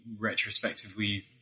retrospectively